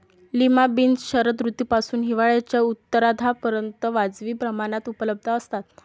lima beans शरद ऋतूपासून हिवाळ्याच्या उत्तरार्धापर्यंत वाजवी प्रमाणात उपलब्ध असतात